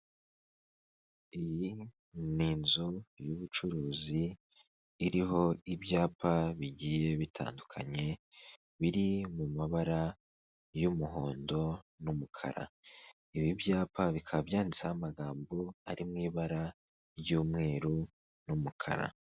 Iyi ni inzu y'ubucuruzi iriho ibyapa bigiye bitandukanye biri mu mabara y'umuhondo n'umukara ibi byapa bikaba byanditseho amagambo ari mu ibara ry'umweru n'umukara.